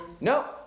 No